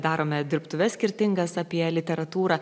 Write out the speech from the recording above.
darome dirbtuves skirtingas apie literatūrą